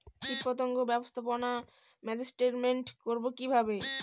কীটপতঙ্গ ব্যবস্থাপনা ম্যানেজমেন্ট করব কিভাবে?